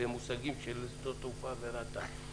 במושגים של שדות תעופה ורת"א.